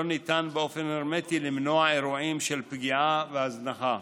לא ניתן למנוע הרמטית אירועים של פגיעה והזנחה,